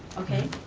okay,